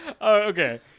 Okay